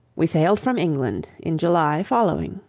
we sailed from england in july following,